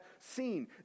seen